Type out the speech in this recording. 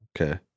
Okay